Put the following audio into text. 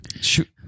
Shoot